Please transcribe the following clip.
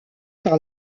par